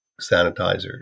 sanitizer